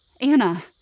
Anna